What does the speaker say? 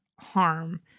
harm